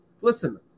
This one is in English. listen